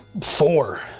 Four